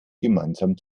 gemeinsam